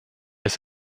ist